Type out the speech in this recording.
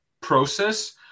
process